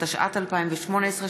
התשע"ט 2018,